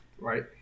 right